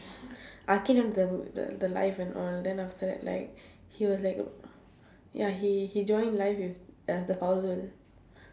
akhil entered the the live and all then after that like he was like ya he he join live with uh the girl